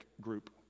group